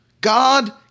God